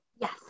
Yes